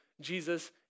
Jesus